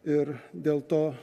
ir dėl to